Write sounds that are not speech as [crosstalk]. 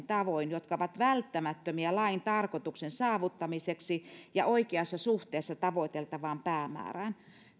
[unintelligible] tavoin jotka ovat välttämättömiä lain tarkoituksen saavuttamiseksi ja oikeassa suhteessa tavoiteltavaan päämäärään